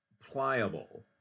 pliable